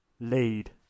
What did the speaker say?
lead